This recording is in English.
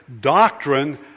doctrine